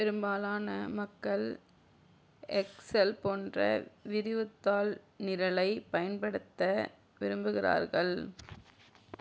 பெரும்பாலான மக்கள் எக்செல் போன்ற விரிவுத்தாள் நிரலை பயன்படுத்த விரும்புகிறார்கள்